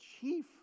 chief